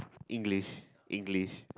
English English